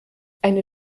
eine